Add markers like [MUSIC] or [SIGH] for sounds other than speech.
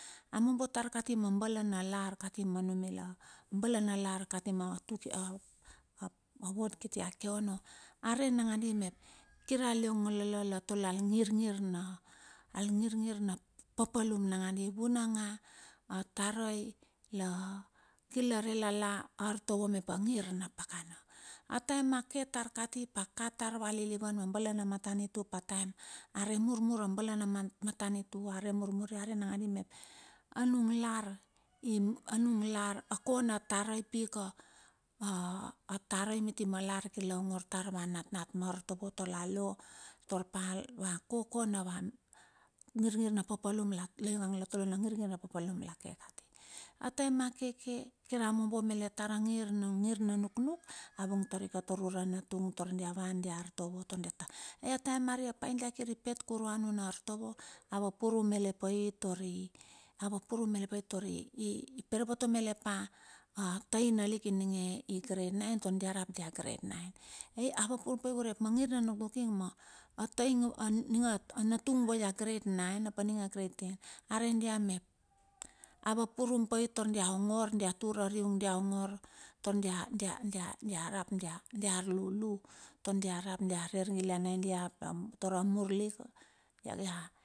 A mombo tar kati ma balana lar kati [HESITATION] ma wod kiti ake ono arei nangadi mep kira liong lala la tole al ngirngir al ngirngir na papalum nangadi vunang'a? Tarai kir la re lelai artovo mep a ngir na pakana. A taem a ke tar kati ap a ka tar vua lilivan ma bale na matanitu ap a taem are murmur a bale. [HESITATION] matanitu arei nangandi mep nung lar [HESITATION] a kona tarai pika, a tarai miti malar kirla ongor tar ma natnat ma artovo tar la lo tar pa ia koko na va la ionge la tole na ngir ngir na papalum lake kati a taem a keke, kira mombo melet tar angir, nung ngir na nuknuk, aving tari ka tar ura natung tar dia van dia artovo tar diat ai a taem are a pai dia kiri pet kurue nuna artovo, ava purum mele pai tari [HESITATION] kuapurum pai tar dia ongor dia tur arivung dia ongor tar dia, [HESITATION] dia rap diar lulu. Tar diarap dia re argiliane dia tar amur lik dia ta.